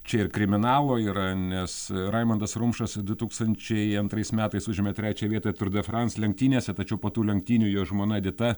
čia ir kriminalo yra nes raimondas rumšas du tūkstančiai antrais metais užėmė trečiąją vietą tūr de frans lenktynėse tačiau po tų lenktynių jo žmona edita